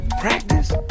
Practice